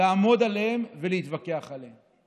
לעמוד עליהם ולהתווכח עליהם.